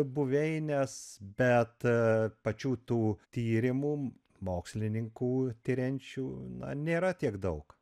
buveines bet pačių tų tyrimų mokslininkų tiriančių na nėra tiek daug